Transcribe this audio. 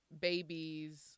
babies